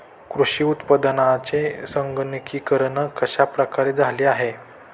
कृषी उत्पादनांचे संगणकीकरण कश्या प्रकारे झाले आहे?